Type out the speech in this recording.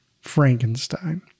Frankenstein